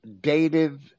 dative